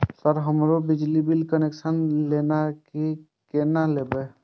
Sir हमरो बिजली connection लेना छे केना लेबे?